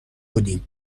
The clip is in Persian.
بودیم